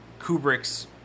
Kubrick's